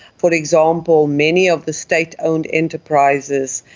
for example, many of the state owned enterprises,